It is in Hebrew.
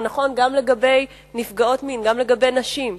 הוא נכון גם לגבי נפגעות מין, גם לגבי נשים,